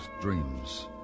dreams